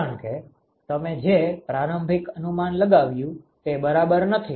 કારણ કે તમે જે પ્રારંભિક અનુમાન લગાવ્યું તે બરાબર નથી